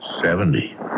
Seventy